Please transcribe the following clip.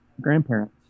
grandparents